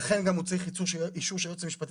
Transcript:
הייעוץ והחקיקה